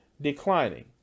declining